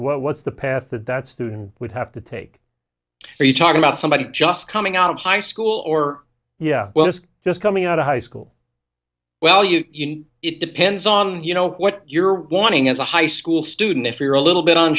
student what's the path that that student would have to take are you talking about somebody just coming out of high school or yeah well it's just coming out of high school well you know it depends on you know what you're wanting as a high school student if you're a little bit